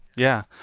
yeah.